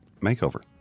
makeover